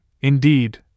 Indeed